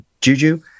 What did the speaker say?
Juju